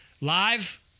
live